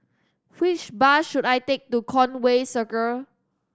which bus should I take to Conway Circle